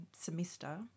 semester